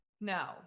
no